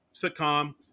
sitcom